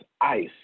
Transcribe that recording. ice